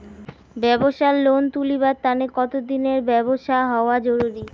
ব্যাবসার লোন তুলিবার তানে কতদিনের ব্যবসা হওয়া জরুরি?